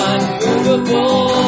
Unmovable